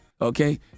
Okay